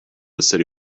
city